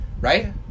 right